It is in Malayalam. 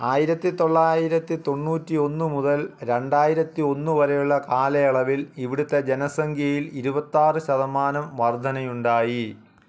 ആയിരത്തി തൊള്ളായിരത്തി തൊണ്ണൂറ്റി ഒന്ന് മുതൽ രണ്ടായിരിത്തി ഒന്ന് വരെയുള്ള കാലയളവിൽ ഇവിടുത്തെ ജനസംഖ്യയിൽ ഇരുപത്താറ് ശതമാനം വർദ്ധനയുണ്ടായി